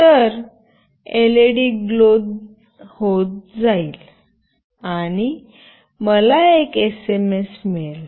तर LED glow होत जाईल आणि मला एक एसएमएस मिळेल